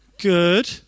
good